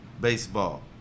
baseball